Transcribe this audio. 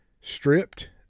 stripped